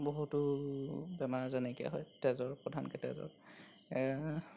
বহুতো বেমাৰ যেনেকৈ হয় তেজৰ প্ৰধানকৈ তেজৰ